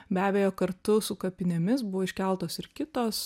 be abejo kartu su kapinėmis buvo iškeltos ir kitos